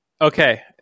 Okay